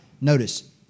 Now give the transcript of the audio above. notice